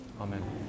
Amen